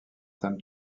tam